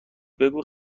بگو